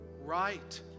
right